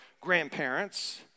grandparents